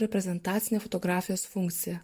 reprezentacine fotografijos funkcija